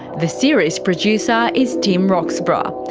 the series producer is tim roxburgh, ah